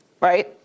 right